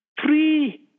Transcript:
three